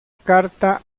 carta